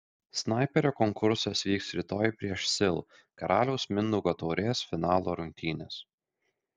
snaiperio konkursas vyks rytoj prieš sil karaliaus mindaugo taurės finalo rungtynes